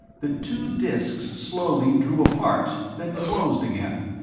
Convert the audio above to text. the two discs slowly drew apart, then closed again.